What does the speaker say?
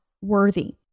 worthy